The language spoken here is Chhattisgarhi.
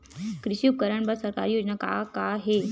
कृषि उपकरण बर सरकारी योजना का का हे?